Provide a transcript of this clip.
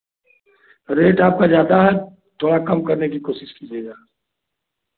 rate आपका ज़्यादा है थोड़ा कम करने की कोशिश कीजिएगा